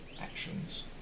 actions